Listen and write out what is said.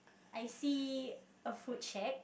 I see a food shack